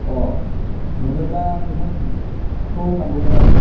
मोनोब्ला नोंथांखौ लांगौमोन आरो